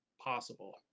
possible